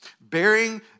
bearing